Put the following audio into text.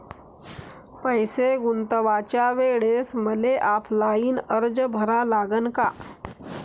पैसे गुंतवाच्या वेळेसं मले ऑफलाईन अर्ज भरा लागन का?